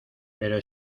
pero